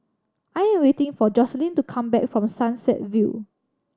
I'm waiting for Joselyn to come back from Sunset View